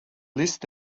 list